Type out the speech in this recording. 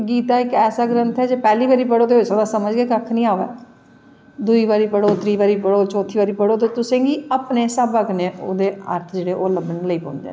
ते गीता इक ऐसा ग्रंथ ऐ जे पैह्ली बारी पढ़ो ते होई सकदे समझ गै कुश नी अवै दूई बारी पढ़ो त्री बारी पढ़ो चौथी बारी पढ़ो ते तुसेंगी अपनें हिसाबा कन्नैं ओह्दे अर्थ जेह्ड़े न ओह् लब्भना लगी पौंदे न